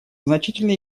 значительный